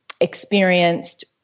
experienced